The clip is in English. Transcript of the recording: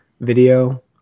video